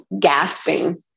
gasping